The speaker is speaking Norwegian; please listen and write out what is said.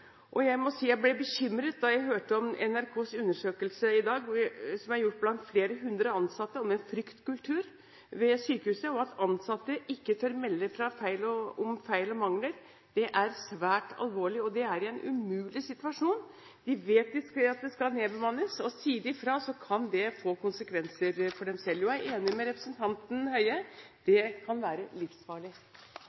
hovedfokus. Jeg må si jeg ble bekymret da jeg hørte om NRKs undersøkelse i dag, som er gjort blant flere hundre ansatte, om en fryktkultur ved sykehuset, og at ansatte ikke tør melde fra om feil og mangler. Det er svært alvorlig. De er i en umulig situasjon. De vet at det skal nedbemannes, og sier de fra, kan det få konsekvenser for dem selv. Jeg er enig med representanten Høie